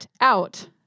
out